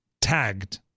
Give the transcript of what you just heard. tagged